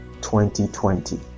2020